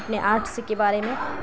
اپنے آرٹس کے بارے میں